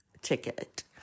ticket